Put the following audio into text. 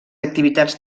activitats